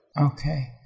Okay